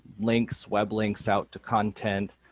links, web links out to content,